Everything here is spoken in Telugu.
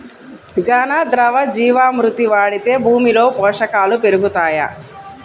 ఘన, ద్రవ జీవా మృతి వాడితే భూమిలో పోషకాలు పెరుగుతాయా?